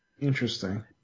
Interesting